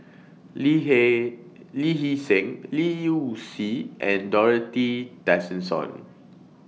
Lee He Lee Hee Seng Liu Si and Dorothy Tessensohn